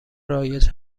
رایج